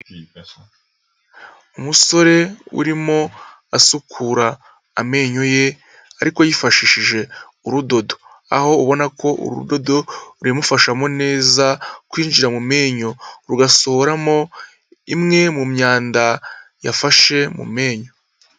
Umusore urimo asukura amenyo ye ariko yifashishije urudodo, aho ubona ko urudodo rubimufashamo neza kwinjira mu menyo, rugasohoramo imwe mu myanda yafashe mu menyo.